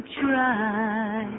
try